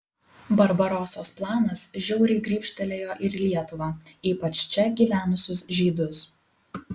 barbarosos planas žiauriai grybštelėjo ir lietuvą ypač čia gyvenusius žydus